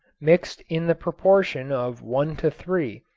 mixed in the proportion of one to three,